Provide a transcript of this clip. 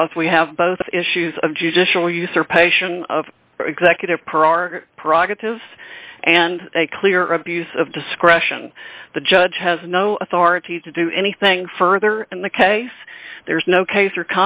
because we have both issues of judicial usurpation of executive power our prerogative and a clear abuse of discretion the judge has no authority to do anything further in the case there's no case or